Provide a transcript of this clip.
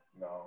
no